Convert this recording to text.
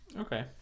Okay